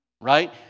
right